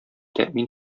тәэмин